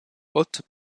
hôte